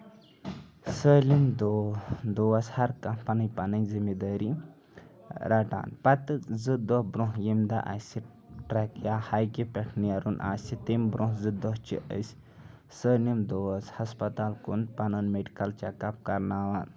سٲلِم دو دوس ہر کانٛہہ پَنٕنۍ پَنٕنۍ زِمہٕ دٲری رَٹان پَتہٕ زٕ دۄہ برونٛہہ ییٚمہِ دۄہ اَسہِ ٹریٚک یا یاکہِ پٮ۪ٹھ نیرُن آسہِ تمہِ برونٛہہ زٕ دۄہ چھِ أسۍ سٲلِم دوس ہَسپَتال کُن پنُن میڈِکل چیٚک اَپ کرناوان